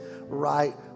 right